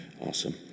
Awesome